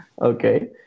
Okay